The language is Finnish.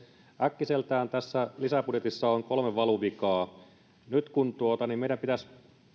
äkkiseltään tässä lisäbudjetissa on kolme valuvikaa nyt kun meidän pitäisi